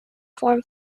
form